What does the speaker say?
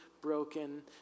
broken